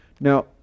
Now